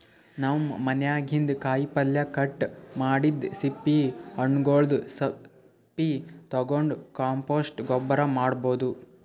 ನಮ್ ಮನ್ಯಾಗಿನ್ದ್ ಕಾಯಿಪಲ್ಯ ಕಟ್ ಮಾಡಿದ್ದ್ ಸಿಪ್ಪಿ ಹಣ್ಣ್ಗೊಲ್ದ್ ಸಪ್ಪಿ ತಗೊಂಡ್ ಕಾಂಪೋಸ್ಟ್ ಗೊಬ್ಬರ್ ಮಾಡ್ಭೌದು